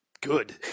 good